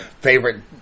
favorite